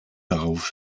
darauf